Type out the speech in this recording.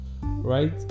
right